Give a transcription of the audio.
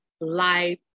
life